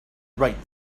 right